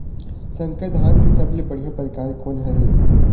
संकर धान के सबले बढ़िया परकार कोन हर ये?